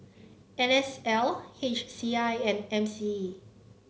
N S L H C I and M C E